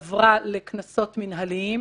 עברה לקנסות מינהליים.